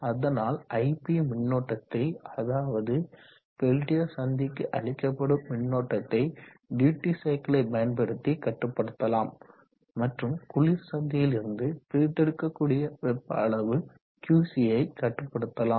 அதனால் ip மின்னோட்டத்தை அதாவது பெல்டியர் சந்திக்கு அளிக்கப்படும் மின்னோட்டத்தை டியூட்டி சைக்கிளை பயன்படுத்தி கட்டுப்படுத்தலாம் மற்றும் குளிர் சந்தியிலிருந்து பிரித்தெடுக்கக்கூடிய வெப்ப அளவு QC யை கட்டுப்படுத்தலாம்